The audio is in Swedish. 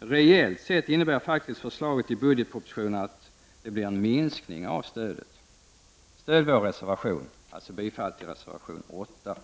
Reellt sett innebär förslaget i budgetpropositionen att det blir en minskning av stödet. Stöd vår reservation! Jag yrkar alltså bifall till reservation 8.